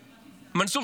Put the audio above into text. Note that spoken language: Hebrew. מנסור,